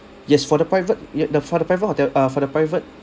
yes for the private ye~ the for the private hotel uh for the private